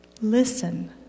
Listen